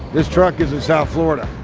this truck is in south florida,